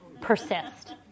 persist